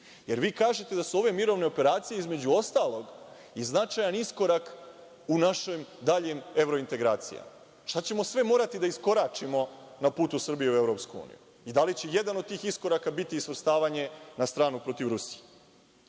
Jer, vi kažete da su ove mirovne operacije, između ostalog, i značajan iskorak u našim daljim evrointegracijama. Šta ćemo sve morati da iskoračimo na putu Srbije u EU i da li će jedan od tih iskoraka biti svrstavanje na stranu protiv